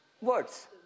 Words